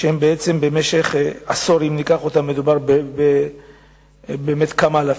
ובמשך עשור מדובר באמת בכמה אלפים.